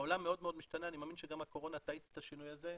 העולם מאוד משתנה ואני מאמין שגם הקורונה תאיץ את השינוי הזה.